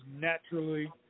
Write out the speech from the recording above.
naturally